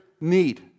need